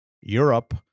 Europe